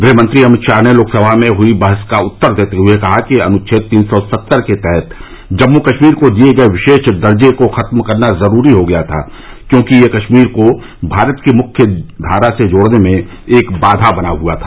गृहमंत्री अमित शाह ने लोकसभा में हुई बहस का उत्तर देते हुए कहा कि अनुच्छेद तीन सौ सत्तर के तहत जम्मू कश्मीर को दिए गए विशेष दर्जे को खत्म करना जरूरी हो गया था क्योंकि यह कश्मीर को भारत की मुख्यधारा से जोड़ने में एक बाधा बना हआ था